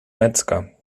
metzger